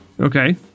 Okay